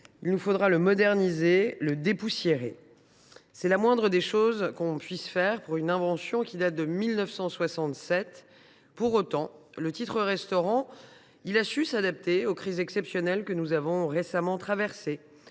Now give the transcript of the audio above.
il faut le moderniser, le dépoussiérer. C’est la moindre des choses que l’on peut faire pour une invention qui date de 1967 ! Pour autant, le titre restaurant a su s’adapter aux crises exceptionnelles que nous avons traversées.